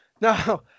No